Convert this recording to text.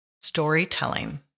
Storytelling